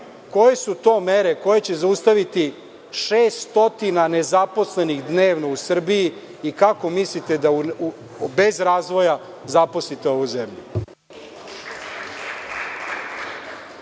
koje su to mere koje će zaustaviti šest stotina nezaposlenih dnevno u Srbiji i kako mislite da bez razvoja zaposlite ovu zemlju?